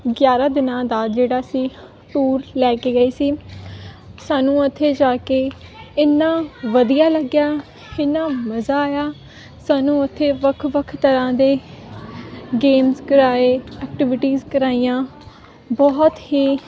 ਗਿਆਰ੍ਹਾਂ ਦਿਨਾਂ ਦਾ ਜਿਹੜਾ ਸੀ ਟੂਰ ਲੈ ਕੇ ਗਏ ਸੀ ਸਾਨੂੰ ਉੱਥੇ ਜਾ ਕੇ ਇੰਨਾਂ ਵਧੀਆ ਲੱਗਿਆ ਇੰਨਾਂ ਮਜ਼ਾ ਆਇਆ ਸਾਨੂੰ ਉੱਥੇ ਵੱਖ ਵੱਖ ਤਰ੍ਹਾਂ ਦੇ ਗੇਮਸ ਕਰਾਏ ਐਕਟੀਵਿਟੀਜ ਕਰਾਈਆਂ ਬਹੁਤ ਹੀ